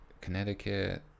connecticut